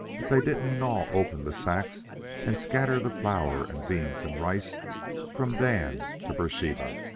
if they didn't gnaw open the sacks and scatter the flour and beans and rice from dan to beersheba.